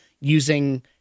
using